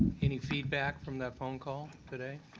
any feedback from the phone call today?